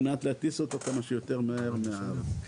מנת להטיס אותו כמה שיותר מהר מהארץ.